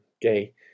gay